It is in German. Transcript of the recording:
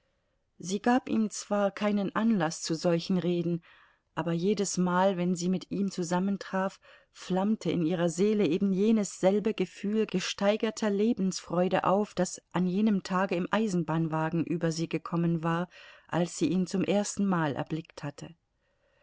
sie gab ihm zwar keinen anlaß zu solchen reden aber jedesmal wenn sie mit ihm zusammentraf flammte in ihrer seele eben jenes selbe gefühl gesteigerter lebensfreude auf das an jenem tage im eisenbahnwagen über sie gekommen war als sie ihn zum ersten mal erblickt hatte